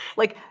like,